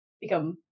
become